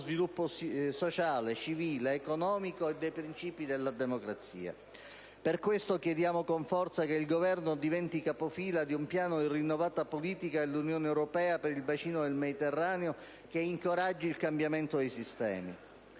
sviluppo civile, sociale ed economico e dei principi della democrazia. Per questo, chiediamo con forza che il Governo diventi capofila di un piano di rinnovata politica dell'Unione europea per il bacino del Mediterraneo, che incoraggi il cambiamento dei sistemi.